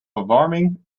verwarming